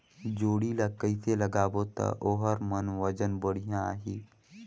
जोणी ला कइसे लगाबो ता ओहार मान वजन बेडिया आही?